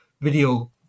video